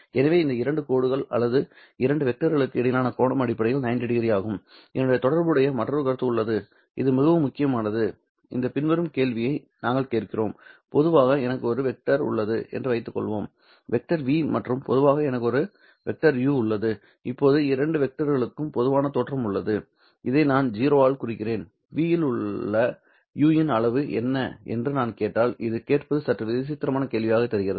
எனவே இந்த இரண்டு கோடுகள் அல்லது இந்த இரண்டு வெக்டர்களுக்கு இடையிலான கோணம் அடிப்படையில் 90ᴼ ஆகும் இதனுடன் தொடர்புடைய மற்றொரு கருத்து உள்ளது இது மிகவும் முக்கியமானது இந்த பின்வரும் கேள்வியை நாங்கள் கேட்கிறோம் பொதுவாக எனக்கு ஒரு வெக்டர் உள்ளது என்று வைத்துக்கொள்வோம் வெக்டர் v மற்றும் பொதுவாக எனக்கு ஒரு வெக்டர் u உள்ளது இப்போது இந்த இரண்டு வெக்டர்களுக்கும் பொதுவான தோற்றம் உள்ளது இதை நான் o ஆல் குறிக்கிறேன்v இல் உள்ள u இன் அளவு என்ன என்று நான் கேட்டால் இது கேட்பது சற்று விசித்திரமான கேள்வியாகத் தெரிகிறது